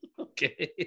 okay